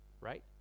right